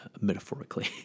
metaphorically